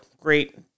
great